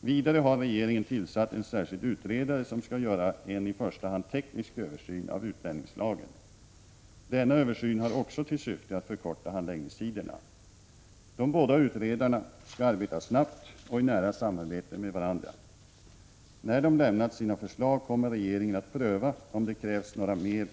Vidare har regeringen tillsatt en särskild utredare som skall göra en i första hand teknisk översyn av utlänningslagen. Denna översyn har också till syfte att förkorta handläggningstiderna. De båda utredarna skall arbeta snabbt och i nära samarbete med varandra. När de lämnat sina förslag kommer regeringen att pröva om det krävs några mera